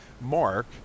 Mark